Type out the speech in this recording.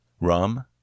RUM